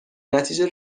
نتیجه